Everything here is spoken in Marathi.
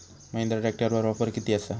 महिंद्रा ट्रॅकटरवर ऑफर किती आसा?